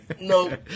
No